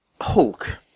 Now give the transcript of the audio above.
Hulk